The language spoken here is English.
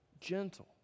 gentle